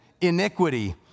iniquity